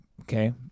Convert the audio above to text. okay